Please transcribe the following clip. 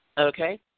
okay